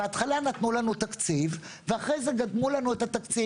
בהתחלה נתנו לנו תקציב ואחרי זה דגמו לנו את התקציב